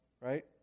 Right